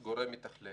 היעדר גורם מתכלל